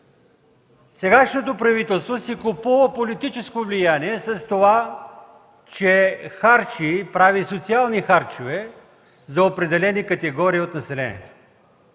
сегашното правителство си купува политическо влияние с това, че прави социални харчове за определени категории от населението.